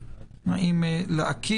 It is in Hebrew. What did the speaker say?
אילנה גנץ